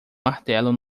martelo